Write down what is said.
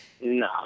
No